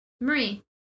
Marie